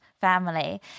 family